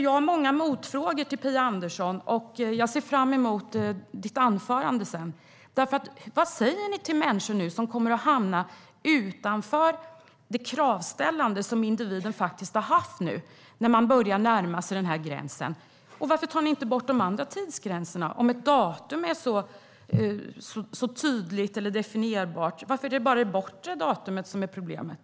Jag har många motfrågor till Phia Andersson, och jag ser fram emot att höra hennes anförande. Vad säger ni till de människor som inte kommer att kunna ställa de krav som individerna har kunnat göra när de har börjat närma sig gränsen? Varför tar ni inte bort de andra tidsgränserna när ett datum är tydligt eller definierbart? Varför är det bara det bortre datumet som är problemet?